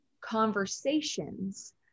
conversations